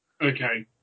Okay